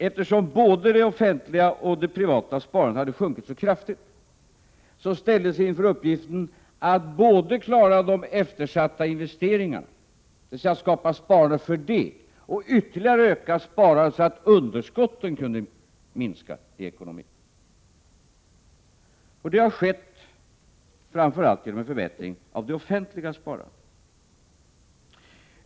Eftersom både det offentliga och det privata sparandet hade sjunkit så kraftigt ställdes vi inför uppgiften att skapa sparande för att klara de eftersatta investeringarna och att ytterligare öka sparandet så att underskotten i ekonomin kunde minska. Det har skett framför allt genom en förbättring av det offentliga sparandet.